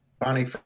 Bonnie